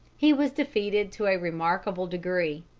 he was defeated to a remarkable degree.